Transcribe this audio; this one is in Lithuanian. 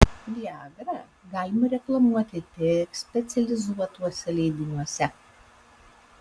viagrą galima reklamuoti tik specializuotuose leidiniuose